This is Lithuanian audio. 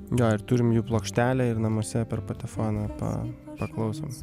jo ir turim jų plokštelę ir namuose per patefoną pa paklausom